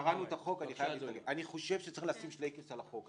אני חושב שצריך לשים שלייקעס על החוק,